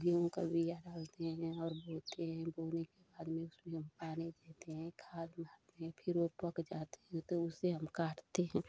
गेंहूँ का बिया डालते हैं और बोते हैं बोने के बाद में हम उसमें पानी देते हैं खाद्य मारते हैं फ़िर वह पक जाते हैं तो उसे हम काटते हैं